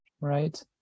right